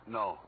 no